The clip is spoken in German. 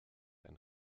ein